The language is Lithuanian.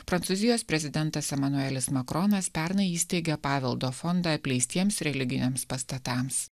prancūzijos prezidentas emanuelis makronas pernai įsteigė paveldo fondą apleistiems religiniams pastatams